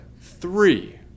Three